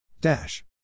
Dash